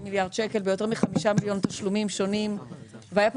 מיליארד שקל ביותר מ-5 מיליון תשלומים שונים והיה פה